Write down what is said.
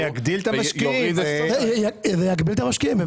ואוריד --- זה יגביל את המשקיעים.